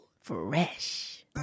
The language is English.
Fresh